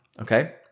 okay